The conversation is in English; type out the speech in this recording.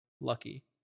lucky